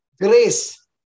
grace